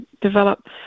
develop